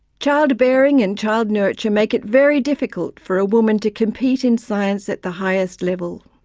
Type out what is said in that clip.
child-bearing and child-nurture make it very difficult for a woman to compete in science at the highest level.